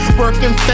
working